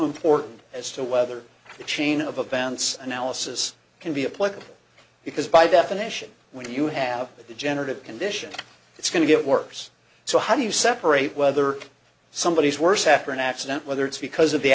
important as to whether the chain of events analysis can be applied because by definition when you have a degenerative condition it's going to get worse so how do you separate whether somebody is worse after an accident whether it's because of the